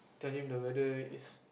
telling the weather is